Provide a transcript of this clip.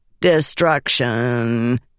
Destruction